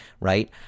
right